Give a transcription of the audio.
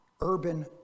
urban